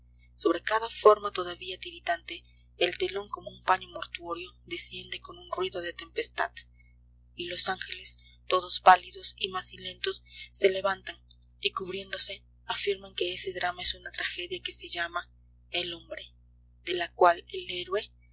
sobre cada forma todavía tiritante el telón como un paño mortuorio desciende con un ruido de tempestad y los ángeles todos pálidos y macilentos se levantan y cubriéndose afirman que ese drama es una tragedia que se llama el hombre de la cual el héroe